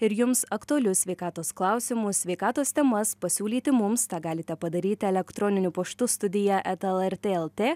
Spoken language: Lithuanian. ir jums aktualius sveikatos klausimus sveikatos temas pasiūlyti mums tą galite padaryti elektroniniu paštu studija eta lrt lt